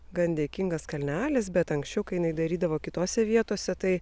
gan dėkingas kalnelis bet anksčiau kai jinai darydavo kitose vietose tai